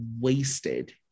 wasted